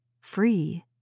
free